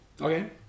Okay